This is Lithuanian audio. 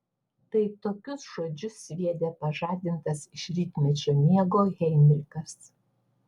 tai tokius žodžius sviedė pažadintas iš rytmečio miego heinrichas